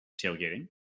tailgating